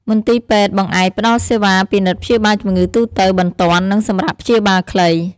មន្ទីរពេទ្យបង្អែកផ្តល់សេវាពិនិត្យព្យាបាលជំងឺទូទៅ បន្ទាន់ និងសម្រាកព្យាបាលខ្លី។